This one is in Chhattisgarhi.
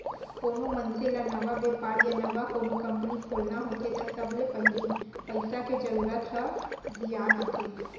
कोनो मनसे ल नवा बेपार या नवा कोनो कंपनी खोलना होथे त सबले पहिली पइसा के जरूरत ह धियान आथे